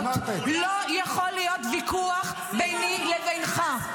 לא יכול להיות ויכוח ביני לבינך.